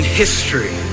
history